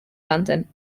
london